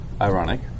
Ironic